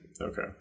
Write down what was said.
Okay